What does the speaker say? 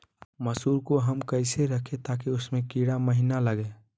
मसूर को हम कैसे रखे ताकि उसमे कीड़ा महिना लगे?